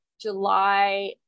July